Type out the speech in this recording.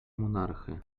monarchy